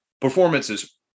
Performances